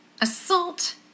assault